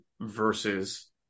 versus